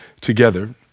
together